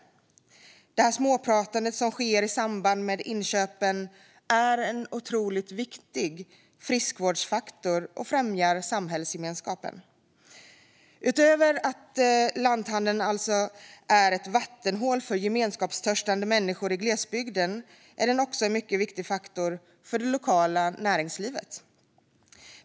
Det här småpratandet som sker i samband med inköpen är en otroligt viktig friskvårdsfaktor, och det främjar samhällsgemenskapen. Utöver att lanthandeln alltså är ett vattenhål för gemenskapstörstande människor i glesbygden är den också en mycket viktig faktor för det lokala näringslivet.